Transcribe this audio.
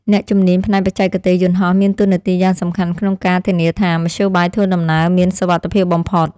អ្នកជំនាញផ្នែកបច្ចេកទេសយន្តហោះមានតួនាទីយ៉ាងសំខាន់ក្នុងការធានាថា មធ្យោបាយធ្វើដំណើរមានសុវត្ថិភាពបំផុត។